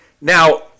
Now